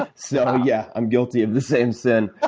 ah so, yeah, i'm guilty of the same sin.